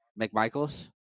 McMichaels